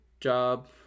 job